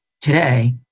today